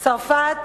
צרפת,